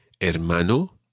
hermano